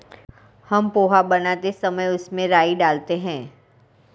हम पोहा बनाते समय उसमें राई डालते हैं